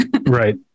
Right